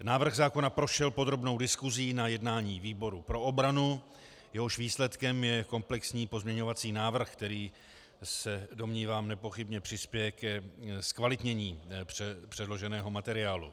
Návrh zákona prošel podrobnou diskusí na jednání výboru pro obranu, jehož výsledkem je komplexní pozměňovací návrh, který, domnívám se, nepochybně přispěje ke zkvalitnění předloženého materiálu.